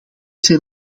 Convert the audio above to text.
zijn